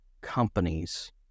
companies